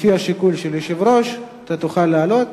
לפי השיקול של היושב-ראש, תוכל לעלות